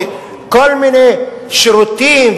וכל מיני שירותים,